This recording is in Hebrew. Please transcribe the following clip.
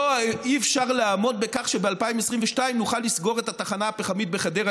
לא היה אפשר לעמוד בכך שב-2022 נוכל לסגור את התחנה הפחמית בחדרה,